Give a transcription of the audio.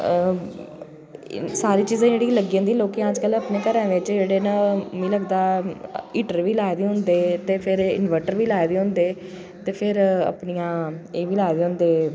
सारियां चीज़ां जेह्ड़ियां लग्गी जंदियां लोकें अजकल घरें बिच जेह्ड़े न मिगी लगदा हीटर बी लाए दे होंदे ते फ्ही इनवर्टर बी लाए दे होंदे ते फिर अपनियां एह्बी लाए दे होंदे